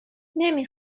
نمی